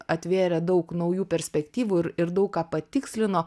atvėrė daug naujų perspektyvų ir ir daug ką patikslino